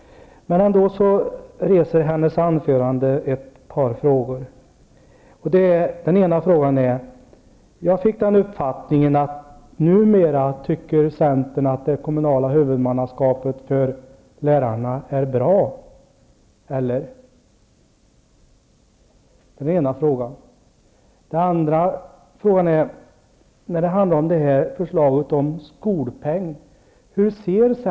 Ändå reser hennes anförande ett par frågor. Den första är: Jag fick den uppfattningen att centern numera tycker att det kommunala huvudmannaskapet för lärarna är bra -- eller? Den andra är: Hur ser centern på förslaget om skolpeng, nödvändigheten av att fördela resurserna efter elevernas olika behov samt rätten att ta ut avgifter i skolan?